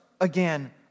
again